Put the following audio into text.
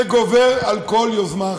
זה גובר על כל יוזמה אחרת.